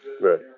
Right